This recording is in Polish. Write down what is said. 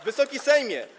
Wysoki Sejmie!